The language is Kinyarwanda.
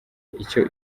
icyo